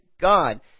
God